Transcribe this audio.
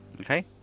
Okay